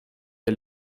der